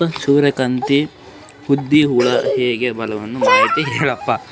ಸೂರ್ಯಕಾಂತಿಗೆ ಲದ್ದಿ ಹುಳ ಲಗ್ಗೆ ಬಗ್ಗೆ ಮಾಹಿತಿ ಹೇಳರಪ್ಪ?